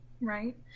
right